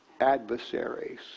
adversaries